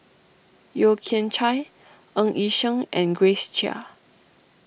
Yeo Kian Chai Ng Yi Sheng and Grace Chia